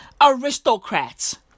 aristocrats